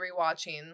rewatching